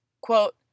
quote